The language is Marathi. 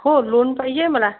हो लोन पाहिजे आहे मला